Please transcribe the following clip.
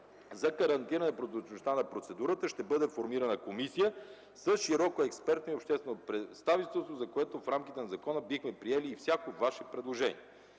прозрачността на процедурата ще бъде формирана комисия с широко експертно и обществено представителство, за което в рамките на закона бихме приели всяко Ваше предложение.